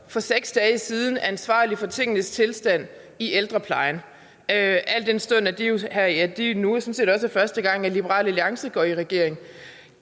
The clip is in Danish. for 6 dage siden, ansvarlig for tingenes tilstand i ældreplejen, også al den stund at det også er første gang, at Liberal Alliance går i regering.